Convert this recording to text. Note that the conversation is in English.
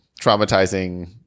traumatizing